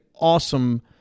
awesome